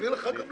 אסביר לך למה.